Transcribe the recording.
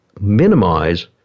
minimize